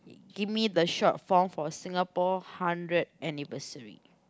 give me the short form for Singapore hundred anniversary